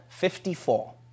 54